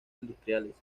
industriales